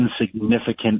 insignificant